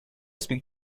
speak